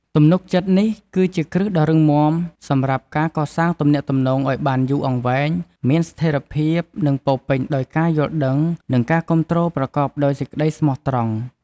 ទំនុកចិត្តនេះ ជាគ្រឹះដ៏រឹងមាំសម្រាប់ការកសាងទំនាក់ទំនងឲ្យបានយូរអង្វែង មានស្ថេរភាព និងពោរពេញដោយការយល់ដឹង និងការគាំទ្រប្រកបដោយសេចក្ដីស្មោះត្រង់។